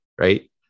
right